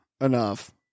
enough